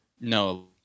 No